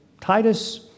Titus